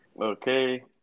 Okay